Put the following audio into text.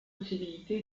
possibilité